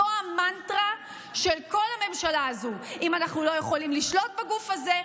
זו המנטרה של כל הממשלה הזו: אם אנחנו לא יכולים לשלוט בגוף הזה,